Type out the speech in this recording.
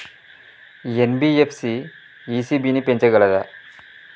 NBFC ECB ని పెంచగలదా?